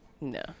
No